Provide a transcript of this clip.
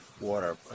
Water